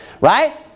right